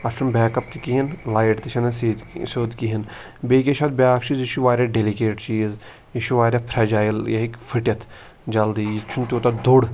اَتھ چھُنہٕ back up تہِ کِہیٖنۍ لایِٹ تہِ چھَنہٕ اَتھ سیٚدۍ سیوٚد کِہیٖنۍ بیٚیہِ کیٛاہ چھُ اَتھ بیٛاکھ چیٖز یہِ چھُ واریاہ ڈٮ۪لِکیٹ چیٖز یہِ چھُ واریاہ فرٛٮ۪جایِل یہِ ہیٚکہِ پھٕٹِتھ جَلدی یہِ چھُنہٕ تیوٗتاہ دوٚر